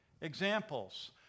examples